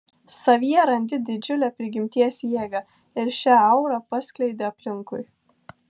savyje randi didžiulę prigimties jėgą ir šią aurą paskleidi aplinkui